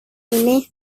ini